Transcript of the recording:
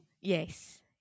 yes